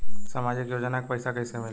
सामाजिक योजना के पैसा कइसे मिली?